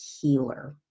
healer